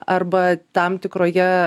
arba tam tikroje